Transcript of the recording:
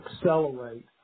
accelerate